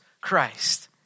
Christ